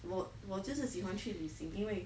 我我就是喜欢去旅行因为